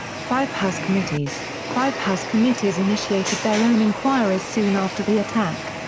five house committees five house committees initiated their own inquiries soon after the attack.